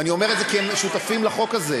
ואני אומר את זה כי הם שותפים לחוק הזה.